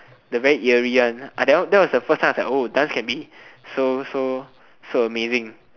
the very eerie one ah that one that was the first time I was like oh dance can be so so so amazing